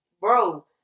bro